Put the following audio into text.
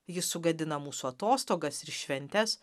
jis sugadina mūsų atostogas ir šventes